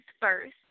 First